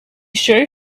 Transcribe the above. sure